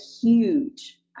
huge